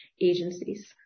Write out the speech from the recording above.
agencies